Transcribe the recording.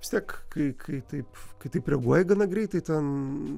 vis tiek kai kai taip kai taip reaguoji gana greitai ten